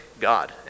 God